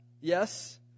yes